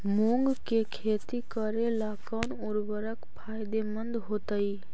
मुंग के खेती करेला कौन उर्वरक फायदेमंद होतइ?